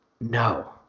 no